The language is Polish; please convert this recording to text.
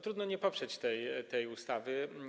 Trudno nie poprzeć tej ustawy.